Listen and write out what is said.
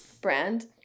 brand